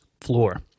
floor